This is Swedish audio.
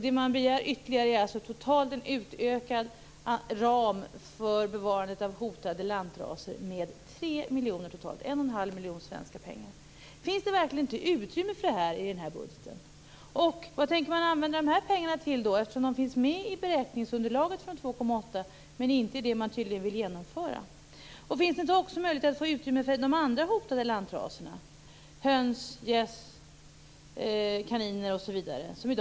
Det som begärs ytterligare är en utökad ram för bevarandet av hotade lantraser med 3 miljoner. Totalt är det fråga om 1 1⁄2 miljon svenska pengar. Finns det verkligen inte utrymme för detta i budgeten? Vad tänker man använda pengarna till? Finns det då inte möjlighet till utrymme för de andra hotade lantraserna, höns, gäss, kaniner osv.?